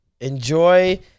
enjoy